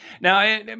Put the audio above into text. now